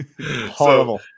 Horrible